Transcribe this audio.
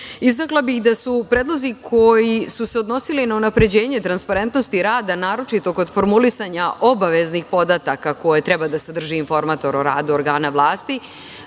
istakla bih da su predlozi koji su se odnosili na unapređenje transparentnosti rada, naročito kod formulisanja obaveznih podataka koje treba da sadrže informator o radu organa vlati,